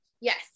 Yes